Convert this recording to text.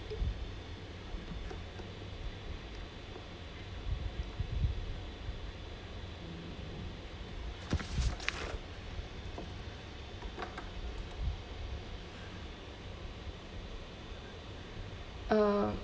uh